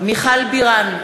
מיכל בירן,